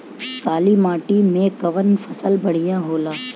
काली माटी मै कवन फसल बढ़िया होला?